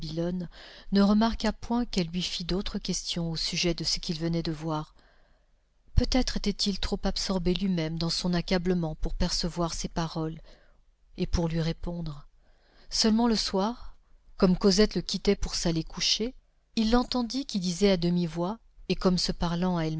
ne remarqua point qu'elle lui fît d'autres questions au sujet de ce qu'ils venaient de voir peut-être était-il trop absorbé lui-même dans son accablement pour percevoir ses paroles et pour lui répondre seulement le soir comme cosette le quittait pour s'aller coucher il l'entendit qui disait à demi-voix et comme se parlant